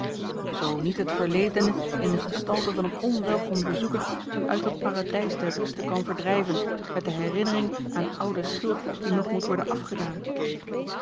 zoo niet het verledene in de gestalte van een onwelkom bezoeker u uit dat paradijs der ruste kwam verdrijven met de herinnering aan oude schuld die nog moet worden afgedaan